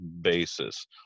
basis